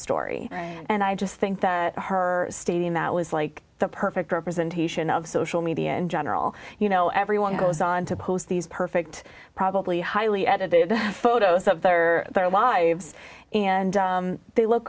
story and i just think that her stating that was like the perfect representation of social media in general you know everyone goes on to post these perfect probably highly edited photos of their lives and they look